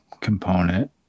component